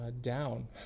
down